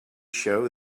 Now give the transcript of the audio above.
show